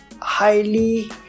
highly